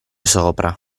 sopra